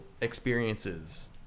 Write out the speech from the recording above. experiences